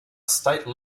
state